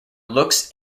looks